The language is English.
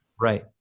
Right